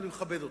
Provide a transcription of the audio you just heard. ואני מכבד אותם.